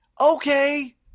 Okay